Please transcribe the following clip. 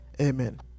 Amen